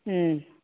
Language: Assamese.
ওম